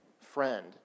friend